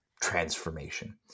transformation